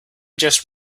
just